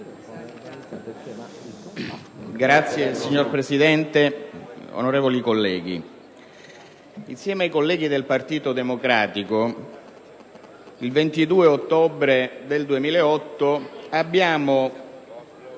Signor Presidente, onorevoli senatori, insieme ai colleghi del Partito Democratico il 22 ottobre del 2008 abbiamo